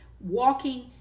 walking